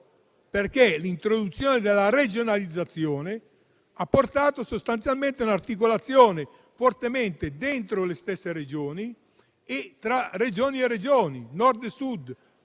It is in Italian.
perché l'introduzione della regionalizzazione ha portato sostanzialmente a un'articolazione forte all'interno delle stesse Regioni e tra le varie Regioni, a Nord, Sud,